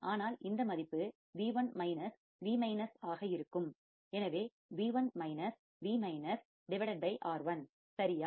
ஆனால் இந்த மதிப்பு V1 V ஆக இருக்கும் எனவே V1 V R1 சரியா